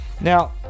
Now